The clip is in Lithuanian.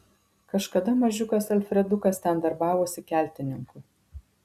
kažkada mažiukas alfredukas ten darbavosi keltininku